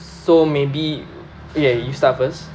so maybe okay you start first